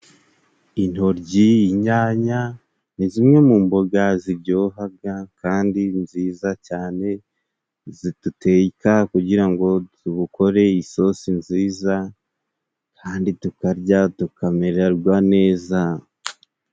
Intoryi ,inyanya ni zimwe mu mboga ziryohaga ,kandi nziza cyane zi duteka kugira ngo dukore isosi nziza kandi tukarya tukamererwa neza.